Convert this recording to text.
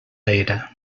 era